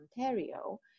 Ontario